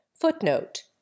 Footnote